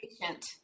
patient